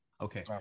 Okay